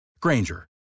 Granger